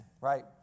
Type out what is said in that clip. right